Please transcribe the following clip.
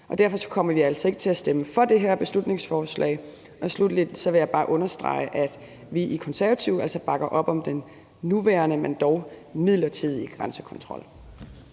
Derfor kommer vi altså ikke til at stemme for det her beslutningsforslag. Sluttelig vil jeg bare understrege, at vi i Konservative altså bakker op om den nuværende, men dog midlertidige grænsekontrol.